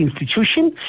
institution